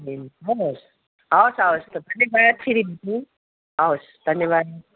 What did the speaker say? हवस् हवस् त हवस् धन्यवाद